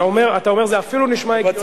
אתה אומר שזה אפילו נשמע הגיוני.